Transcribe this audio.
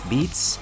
Beats